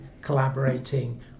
collaborating